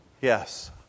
yes